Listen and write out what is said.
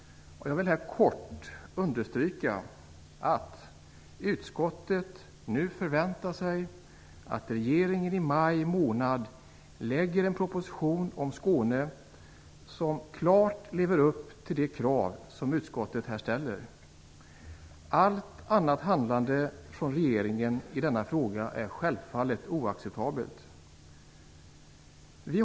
Jag vill här kort understryka att utskottet nu förväntar sig att regeringen i maj månad lägger fram en proposition om Skåne som klart lever upp till de krav som utskottet här ställer. Allt annat handlande av regeringen i denna fråga är självfallet oacceptabelt.